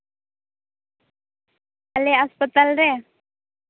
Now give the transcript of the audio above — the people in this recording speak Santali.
ᱟᱞᱮᱭᱟᱜ ᱦᱟᱥᱯᱟᱛᱟᱞ ᱨᱮ